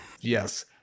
Yes